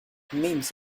memes